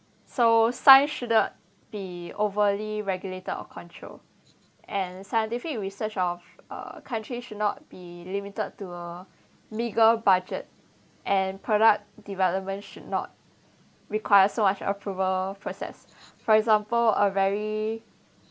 so science shouldn’t be overly regulated or control and scientific research of uh countries should not be limited to a legal budget and product development should not require so much approval process for example a very